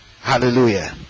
Hallelujah